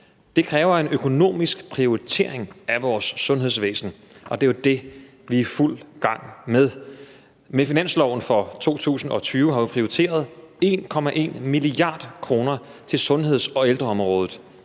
Det kræver en økonomisk prioritering af vores sundhedsvæsen, og det er jo det, vi er i fuld gang med. Med finansloven for 2020 har vi prioriteret 1,1 mia. kr. til sundheds- og ældreområdet,